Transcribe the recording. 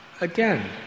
Again